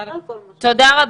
תודה.